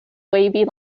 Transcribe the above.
wavy